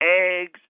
eggs